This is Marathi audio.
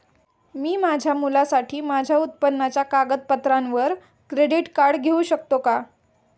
मी माझ्या मुलासाठी माझ्या उत्पन्नाच्या कागदपत्रांवर क्रेडिट कार्ड घेऊ शकतो का?